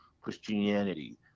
Christianity